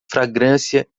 fragrância